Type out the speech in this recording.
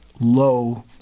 low